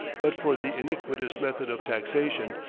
but for the iniquitous method of taxation,